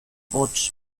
hots